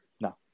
No